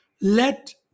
let